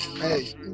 Hey